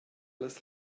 las